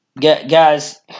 guys